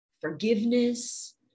forgiveness